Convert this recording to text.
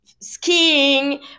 skiing